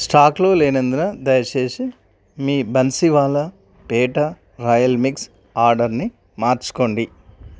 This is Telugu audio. స్టాక్లో లేనందున దయచేసి మీ బన్సీవాలా పేఠా రాయల్ మిక్స్ ఆర్డర్ని మార్చుకోండి